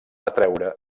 atreure